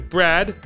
Brad